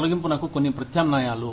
తొలగింపునకు కొన్ని ప్రత్యామ్నాయాలు